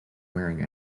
wearing